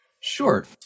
Sure